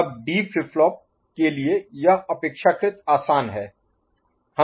अब D flip flop के लिए यह अपेक्षाकृत आसान है